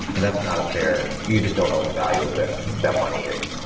and that's not a fair you just don't know what the value of that that money is.